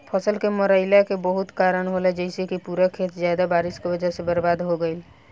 फसल के मरईला के बहुत कारन होला जइसे कि पूरा खेत ज्यादा बारिश के वजह से बर्बाद हो गईल